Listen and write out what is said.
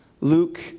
Luke